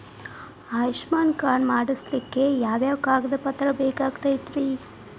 Ayushman card ಮಾಡ್ಸ್ಲಿಕ್ಕೆ ಯಾವ ಯಾವ ಕಾಗದ ಪತ್ರ ಬೇಕಾಗತೈತ್ರಿ?